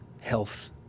health